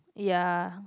ya